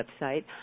website